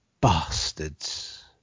bastards